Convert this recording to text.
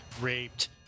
raped